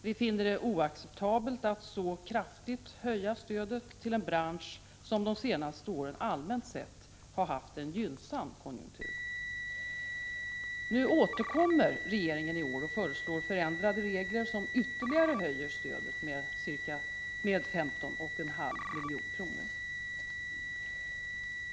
Vi finner det oacceptabelt att så kraftigt höja stödet till en bransch som de senaste åren allmänt sett har haft en gynnsam konjunktur. Nu återkommer regeringen i år och föreslår förändrade regler som ytterligare höjer stödet med 15,5 milj.kr.